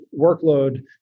workload